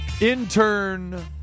intern